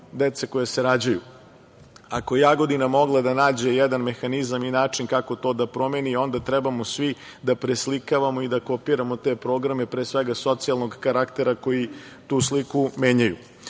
dece koje se rađaju. Ako je Jagodina mogla da nađe jedan mehanizam i način kako to da promeni onda trebamo svi da preslikavamo i da kopiramo te programe, pre svega, socijalnog karaktera koji tu sliku menjaju. Ono